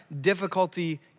difficulty